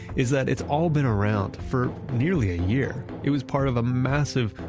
is that it's all been around for nearly a year. it was part of a massive,